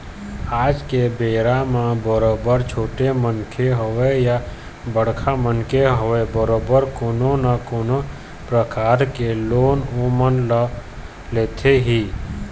आज के बेरा म बरोबर छोटे मनखे होवय या बड़का मनखे होवय बरोबर कोनो न कोनो परकार के लोन ओमन ह लेथे ही